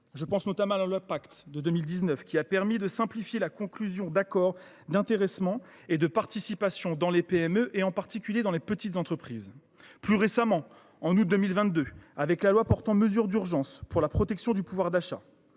Je pense notamment à la loi Pacte de 2019, qui a permis de simplifier la conclusion d’accords d’intéressement et de participation dans les PME, en particulier dans les petites entreprises. Plus récemment, en août 2022, grâce à la loi portant mesures d’urgence pour la protection du pouvoir d’achat,